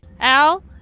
Al